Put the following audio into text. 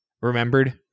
remembered